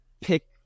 pick